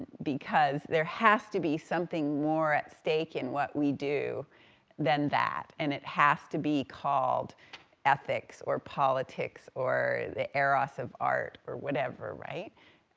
because there has to be something more at stake in what we do than that, and it has to be called ethics, or politics, or the eros of art, or whatever, right?